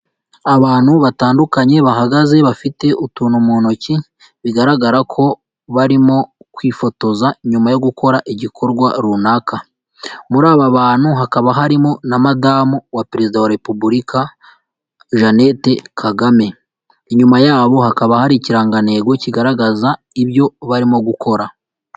Abantu batandukanye bahagaze bafite utuntu mu ntoki bigaragara ko barimo kwifotoza nyuma yo gukora igikorwa runaka. Muri aba bantu hakaba harimo na madamu wa perezida wa repubulika Jeannette kagame . Inyuma yabo hakaba hari ikirangantego kigaragaza ibyo barimo gukora.